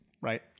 Right